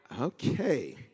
Okay